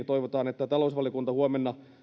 toivotaan että talousvaliokunnassa huomenna